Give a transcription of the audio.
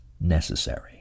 necessary